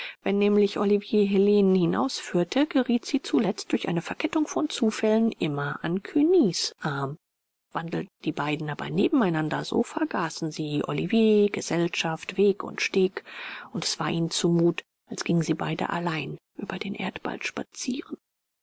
wenn nämlich olivier helenen hinausführte geriet sie zuletzt durch eine verkettung von zufällen immer an cugny's arm wandelten die beiden aber nebeneinander so vergaßen sie olivier gesellschaft weg und steg und es war ihnen zu mut als gingen sie beide allein über den erdball spazieren